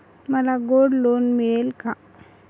मला gold loan मिळेल का?